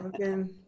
okay